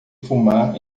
fumar